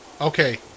Okay